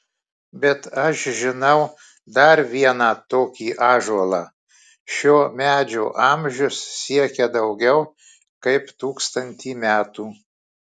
bet aš žinau dar vieną tokį ąžuolą šio medžio amžius siekia daugiau kaip tūkstantį metų